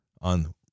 on